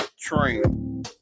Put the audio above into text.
train